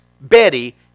Betty